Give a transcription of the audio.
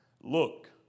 Look